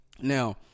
Now